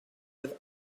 with